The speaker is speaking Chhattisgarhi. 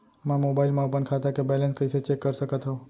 मैं मोबाइल मा अपन खाता के बैलेन्स कइसे चेक कर सकत हव?